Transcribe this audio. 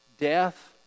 death